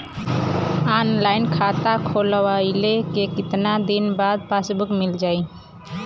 Online खाता खोलवईले के कितना दिन बाद पासबुक मील जाई?